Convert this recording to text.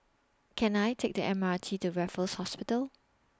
Can I Take The M R T to Raffles Hospital